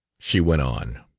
she went on,